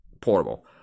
portable